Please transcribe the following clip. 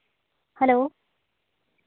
hello